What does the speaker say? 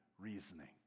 reasoning